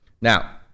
Now